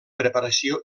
preparació